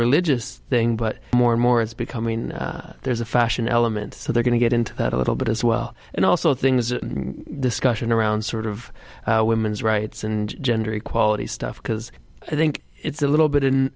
religious thing but more and more it's becoming there's a fashion element so they're going to get into that a little bit as well and also things a discussion around sort of women's rights and gender equality stuff because i think it's a little bit in